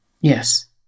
Yes